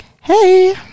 hey